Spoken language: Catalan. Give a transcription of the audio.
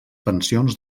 pensions